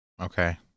okay